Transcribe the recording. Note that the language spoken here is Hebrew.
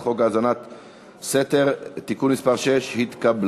אבל לאזרחי מדינת ישראל בגלל הכלל הזה לא תוכלו לתת אפילו שקל אחד.